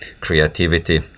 creativity